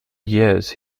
years